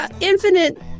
infinite